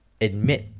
admit